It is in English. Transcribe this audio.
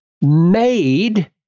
made